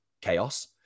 chaos